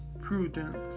prudence